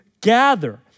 gather